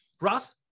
Ross